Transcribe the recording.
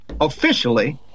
officially